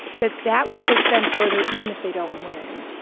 that that will push them further even if they don't win.